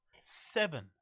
Seven